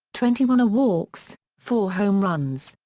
twenty one walks, four home runs,